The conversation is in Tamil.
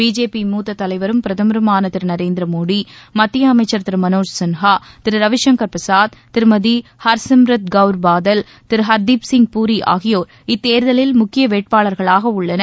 பிஜேபி மூத்த தலைவரும் பிரதமருமான திரு நரேந்திரமோடி மத்திய அமைச்சர் திரு மனோஜ் சின்ஹா திரு ரவி சங்கர் பிரசாத் திருமதி ஹர்சிம்ரத் கவுர் பாதல் திரு ஹர்தீப் சிங் பூரி ஆகியோர் இத்தேர்தலில் முக்கிய வேட்பாளர்களாக உள்ளனர்